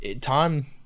Time